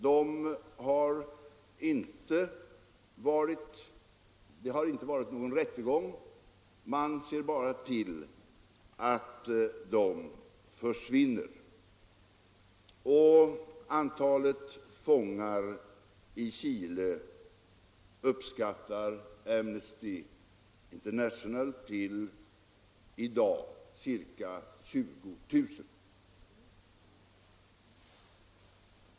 Det har inte varit någon politiskt förtryck i rättegång, man ser bara till att de försvinner. Och antalet fångar i Chile Chile uppskattar Amnesty International i dag till ca 20 000.